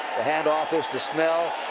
the hand-off is to snell.